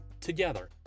together